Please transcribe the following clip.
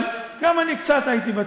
אבל גם אני הייתי קצת בצבא,